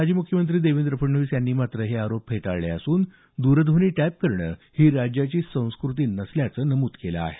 माजी म्ख्यमंत्री देवेंद्र फडणवीस यांनी मात्र हे आरोप फेटाळले असून दरध्वनी टॅप करणं ही राज्याची संस्कृती नसल्याचं नमूद केलं आहे